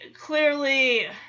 clearly